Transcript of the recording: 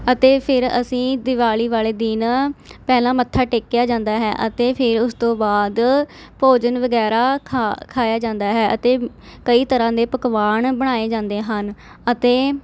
ਅਤੇ ਫਿਰ ਅਸੀਂ ਦੀਵਾਲੀ ਵਾਲ਼ੇ ਦਿਨ ਪਹਿਲਾਂ ਮੱਥਾ ਟੇਕਿਆ ਜਾਂਦਾ ਹੈ ਅਤੇ ਫਿਰ ਉਸ ਤੋਂ ਬਾਅਦ ਭੋਜਨ ਵਗੈਰਾ ਖਾ ਖਾਇਆ ਜਾਂਦਾ ਹੈ ਅਤੇ ਕਈ ਤਰ੍ਹਾਂ ਦੇ ਪਕਵਾਨ ਬਣਾਏ ਜਾਂਦੇ ਹਨ ਅਤੇ